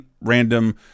random